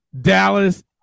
Dallas